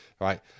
Right